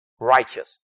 righteous